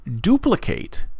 duplicate